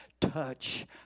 touch